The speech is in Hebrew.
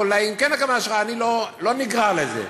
ואולי, אם כן הכוונה שלך, אני לא נגרר לזה.